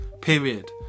period